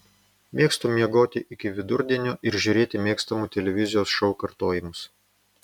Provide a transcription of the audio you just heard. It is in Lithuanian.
mėgstu miegoti iki vidurdienio ir žiūrėti mėgstamų televizijos šou kartojimus